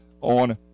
on